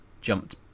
jumped